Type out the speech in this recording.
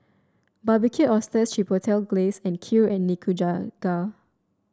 Barbecued Oysters Chipotle Glaze Kheer and Nikujaga